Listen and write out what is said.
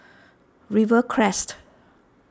Rivercrest